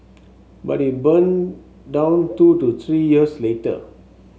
but it burned down two to three years later